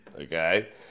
Okay